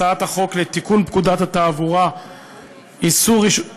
הצעת החוק לתיקון פקודת התעבורה (איסור עישון ברכב)